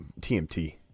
TMT